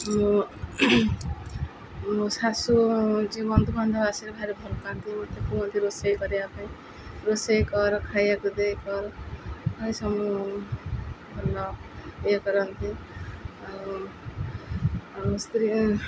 ମୁଁ ମୋ ଶାଶୁ ଯିଏ ବନ୍ଧୁବାନ୍ଧବ ଆସିଲେ ଭାରି ଭଲ ପାଆନ୍ତି ମୋତେ କୁହନ୍ତି ରୋଷେଇ କରିବା ପାଇଁ ରୋଷେଇ କର ଖାଇବାକୁ ଦେ କର ସବୁ ଭଲ ଇଏ କରନ୍ତି ଆଉ ଆଉ ରୋଷେଇ